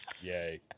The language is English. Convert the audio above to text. Yay